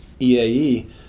EAE